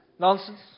Nonsense